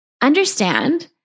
understand